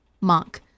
Monk